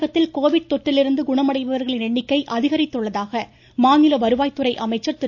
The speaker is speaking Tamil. தமிழகத்தில் கோவிட் தொற்றிலிருந்து குணமடைபவர்களின் எண்ணிக்கை அதிகரித்துள்ளதாக மாநில வருவாய் துறை அமைச்சர் திரு